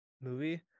movie